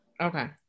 Okay